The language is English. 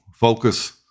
focus